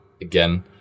again